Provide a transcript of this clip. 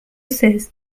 seize